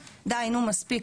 די, נו, מספיק.